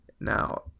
now